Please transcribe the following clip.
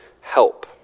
help